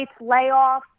layoffs